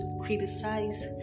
criticize